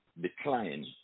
decline